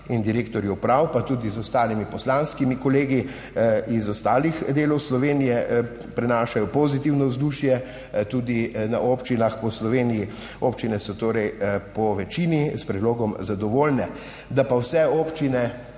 in direktorji uprav, pa tudi z ostalimi poslanskimi kolegi iz ostalih delov Slovenije, prenašajo pozitivno vzdušje tudi na občinah po Sloveniji. Občine so torej po večini s predlogom zadovoljne. Da pa vse občine,